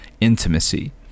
intimacy